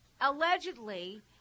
allegedly